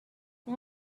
این